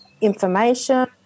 information